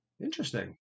Interesting